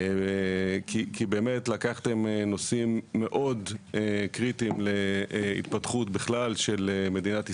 לקחתם נושאים מאוד קריטיים להתפתחות של מדינת ישראל,